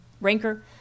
ranker